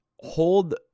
hold